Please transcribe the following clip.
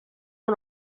una